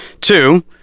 two